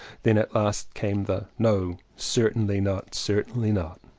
then at last came the no, certainly not, certainly not!